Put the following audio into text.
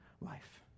life